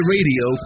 Radio